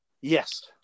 yes